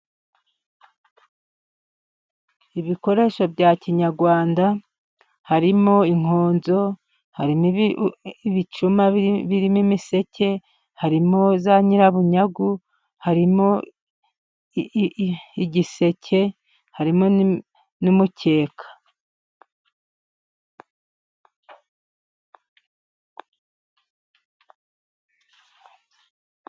Ibikoresho bya kinyarwanda harimo inkonzo, harimo ibicuma birimo imiseke, harimo za nyirabunyagu, harimo igiseke harimo n'umukeka.